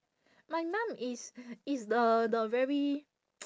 my mum is is the the very